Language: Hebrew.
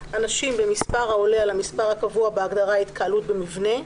אנשים במספר העולה על המספר הקבוע בהגדרה "התקהלות במבנה"